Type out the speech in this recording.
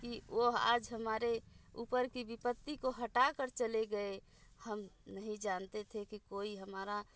वो आज हमारे ऊपर की विपत्ति को हटा कर चले गए हम नहीं जानते थे कि कोई हमारा